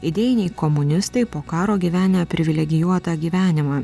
idėjiniai komunistai po karo gyvenę privilegijuotą gyvenimą